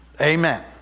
Amen